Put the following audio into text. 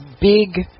big